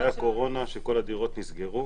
היה קורונה, שכל הדירות נסגרו.